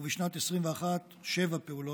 ובשנת 2021, שבע פעולות,